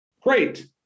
Great